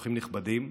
אורחים נכבדים,